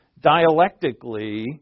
dialectically